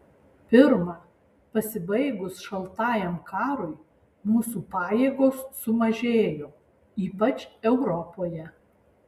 pirma pasibaigus šaltajam karui mūsų pajėgos sumažėjo ypač europoje